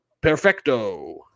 perfecto